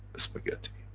a spaghetti